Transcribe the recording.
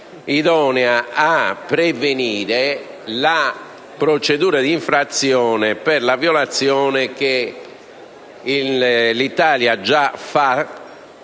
idonea a prevenire la procedura d'infrazione per la violazione che l'Italia già